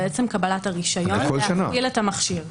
על עצם קבלת הרישיון להפעיל את המכשיר.